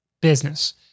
business